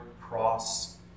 cross